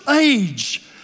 age